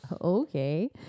okay